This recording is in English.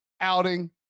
outing